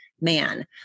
man